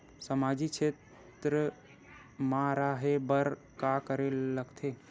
सामाजिक क्षेत्र मा रा हे बार का करे ला लग थे